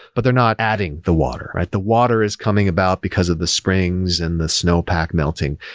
but they're not adding the water. the water is coming about because of the springs and the snowpack melting.